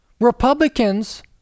Republicans